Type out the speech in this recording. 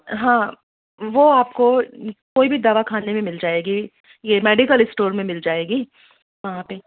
हाँ वह आपको कोई भी दवाख़ाने में मिल जाएगी ये मेडिकल इस्टोर में मिल जाएगी वहाँ पर